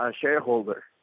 shareholder